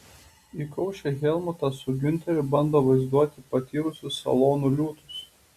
įkaušę helmutas su giunteriu bando vaizduoti patyrusius salonų liūtus